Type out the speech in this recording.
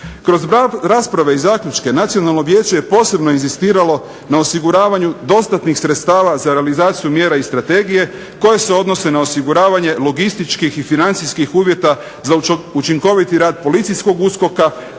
Kroz rasprave i zaključke Nacionalno vijeće je posebno inzistiralo na osiguravanju dostatnih sredstava za realizaciju mjera iz strategije koje se odnose na osiguravanje logističkih i financijskih uvjeta za učinkoviti rad policijskog USKOK-a,